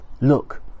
Look